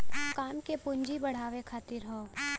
काम के पूँजी के बढ़ावे खातिर हौ